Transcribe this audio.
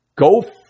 Go